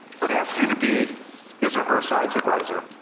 but asked you to be his or her science advisor,